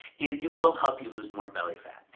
and it will help you lose more belly fat.